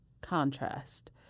contrast